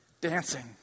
Dancing